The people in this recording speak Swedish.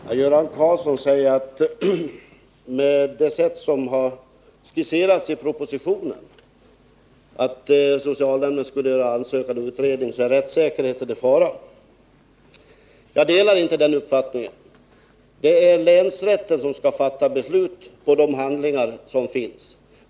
Fru talman! Göran Karlsson säger att det som har skisserats i propositionen, att socialnämnden skall göra ansökan och utredning, innebär att rättssäkerheten är i fara. Jag delar inte den uppfattningen. Det är länsrätten som skall fatta beslut på grundval av de handlingar i ärendet som finns.